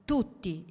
Tutti